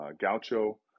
gaucho